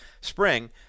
spring